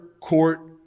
court